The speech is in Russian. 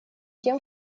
тем